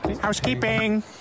housekeeping